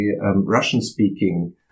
Russian-speaking